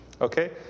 Okay